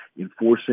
enforcing